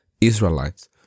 Israelites